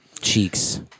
cheeks